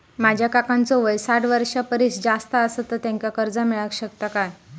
माझ्या काकांचो वय साठ वर्षां परिस जास्त आसा तर त्यांका कर्जा मेळाक शकतय काय?